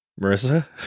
marissa